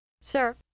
Sir